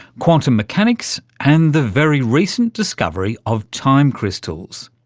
quantum mechanics and the very recent discovery of time crystals.